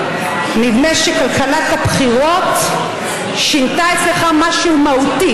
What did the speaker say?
נדמה שכלכלת הבחירות שינתה אצלך משהו מהותי,